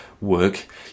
work